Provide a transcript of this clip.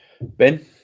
Ben